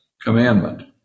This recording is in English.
commandment